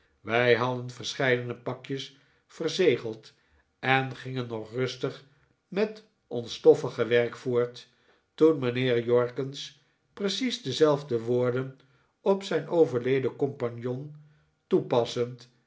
wij hadden verscheidene pakjes verzegeld en gingen nog rustig met ons stoffige werkje voort toen mijnheer jorkins precies dezelfde woorden op zijn overleden compagnon toepassend